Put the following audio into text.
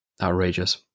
outrageous